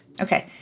Okay